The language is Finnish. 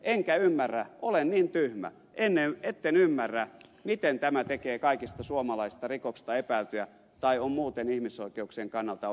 enkä ymmärrä olen niin tyhmä etten ymmärrä miten tämä tekee kaikista suomalaisista rikoksista epäiltyjä tai on muuten ihmisoikeuksien kannalta ongelmallista